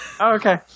okay